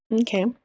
Okay